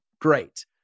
great